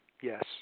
yes